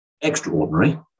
extraordinary